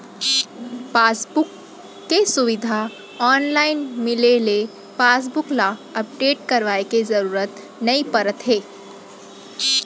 passbook के सुबिधा online मिले ले पासबुक ल अपडेट करवाए के जरूरत नइ परत हे